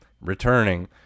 returning